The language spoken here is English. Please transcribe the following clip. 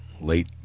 late